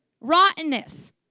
rottenness